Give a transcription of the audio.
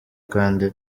kandi